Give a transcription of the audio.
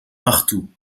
partout